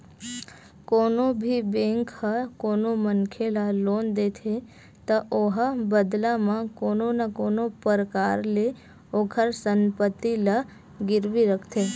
कोनो भी बेंक ह कोनो मनखे ल लोन देथे त ओहा बदला म कोनो न कोनो परकार ले ओखर संपत्ति ला गिरवी रखथे